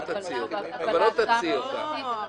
לא תציעי אותה.